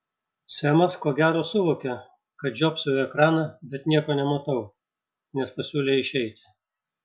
semas ko gero suvokė kad žiopsau į ekraną bet nieko nematau nes pasiūlė išeiti